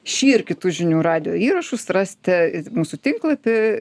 šį ir kitus žinių radijo įrašus rasite mūsų tinklapy